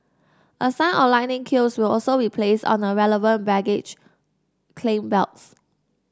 a sign or lightning cubes will also be placed on the relevant baggage claim belts